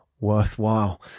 worthwhile